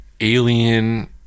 alien